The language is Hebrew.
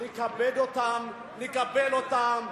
נכבד אותם, נקבל אותם.